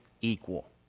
equal